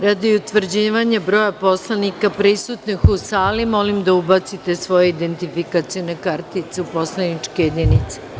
Radi utvrđivanja broja poslanika prisutnih u sali, molim da ubacite svoje identifikacione kartice u poslaničke jedinice.